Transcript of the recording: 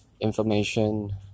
information